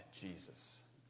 Jesus